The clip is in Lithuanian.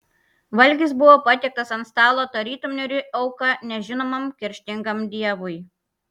valgis buvo patiektas ant stalo tarytum niūri auka nežinomam kerštingam dievui